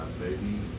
baby